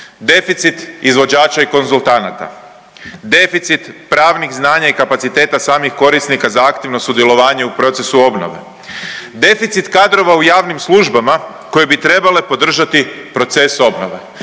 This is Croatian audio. Deficit izvođača i konzultanata, deficit pravnih znanja i kapaciteta samih korisnika za aktivno sudjelovanje u procesu obnove, deficit kadrova u javnim službama koje i trebale podržati proces obnove,